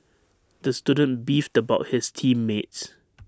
the student beefed about his team mates